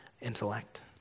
intellect